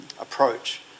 approach